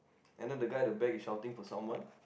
and then the guy the back is shouting for someone